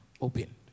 Open